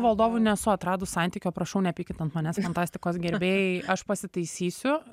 valdovu nesu atradus santykio prašau nepykit ant manęs fantastikos gerbėjai aš pasitaisysiu